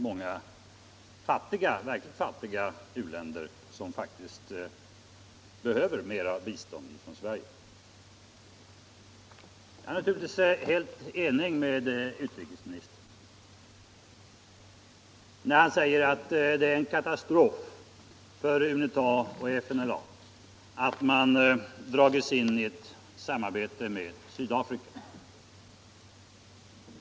Jag är naturligtvis helt överens med utrikesministern när han säger att det är en katastrof för FNLA och UNITA att man dragits in i ett samarbete med Sydafrika.